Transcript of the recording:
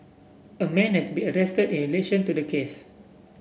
a man has been arrested in relation to the case